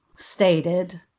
Stated